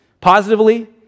Positively